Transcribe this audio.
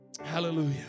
Hallelujah